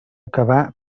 acabà